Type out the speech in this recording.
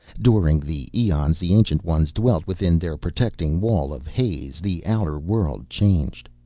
during the eons the ancient ones dwelt within their protecting wall of haze the outer world changed.